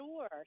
Sure